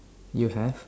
you have